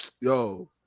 Yo